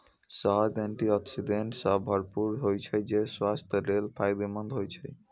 शहद antioxidant सं भरपूर होइ छै, तें स्वास्थ्य लेल फायदेमंद होइ छै